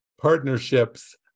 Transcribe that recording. partnerships